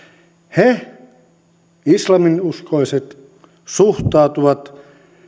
he islaminuskoiset suhtautuvat